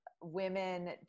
women